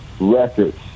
records